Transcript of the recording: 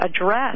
address